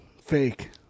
Fake